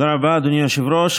אדוני היושב-ראש,